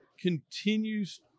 continues